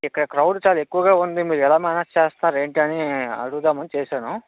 ఇక్కడ క్రౌడ్ చాలా ఎక్కువగా ఉంది మీరెలా మ్యానేజ్ చేస్తారేంటని అడుగుదాము అని చేశాను